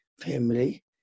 family